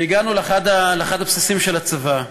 והגענו לאחד הבסיסים של הצבא.